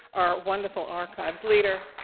our wonderful archives leader.